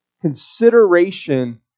Consideration